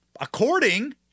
according